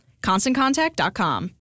ConstantContact.com